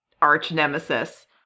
arch-nemesis